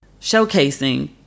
showcasing